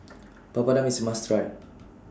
Papadum IS must Try